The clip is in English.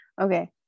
Okay